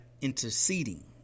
interceding